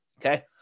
Okay